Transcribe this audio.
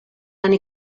eine